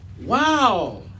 wow